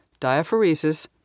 diaphoresis